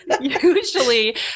Usually